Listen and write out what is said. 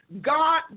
God